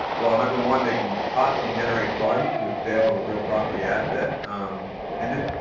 well number one, they can possibly generate funds through the sale of a real property asset and just,